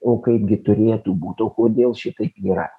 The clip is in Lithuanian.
o kaipgi turėtų būt kodėl šitaip yra